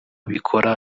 bikora